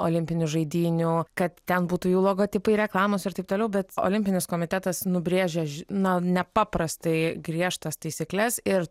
olimpinių žaidynių kad ten būtų jų logotipai reklamos ir taip toliau bet olimpinis komitetas nubrėžė na nepaprastai griežtas taisykles ir